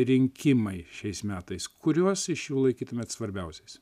rinkimai šiais metais kuriuos iš jų laikytumėt svarbiausiais